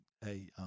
hey